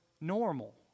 normal